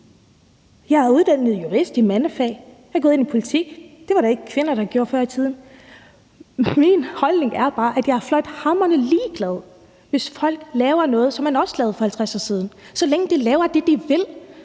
Jeg er uddannet jurist, et mandefag, og jeg er gået ind i politik. Det var der ikke kvinder der gjorde før i tiden. Min holdning er bare, at jeg er fløjtende ligeglad med det, hvis folk laver noget, som man også lavede for 50 år siden, så længe de laver det, de vil.